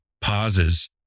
pauses